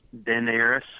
Daenerys